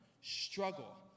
struggle